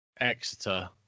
Exeter